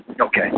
Okay